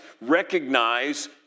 recognize